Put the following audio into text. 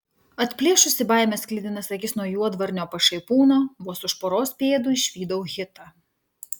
atplėšusi baimės sklidinas akis nuo juodvarnio pašaipūno vos už poros pėdų išvydau hitą